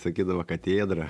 sakydavo katėdra